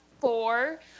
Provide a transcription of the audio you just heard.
four